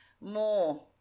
more